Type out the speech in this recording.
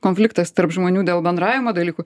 konfliktas tarp žmonių dėl bendravimo dalykų